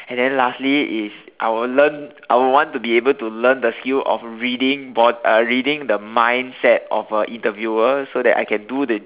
and then lastly is I will learn I would want to be able to learn the skill of reading bod~ uh reading the mindset of a interviewer so I can do the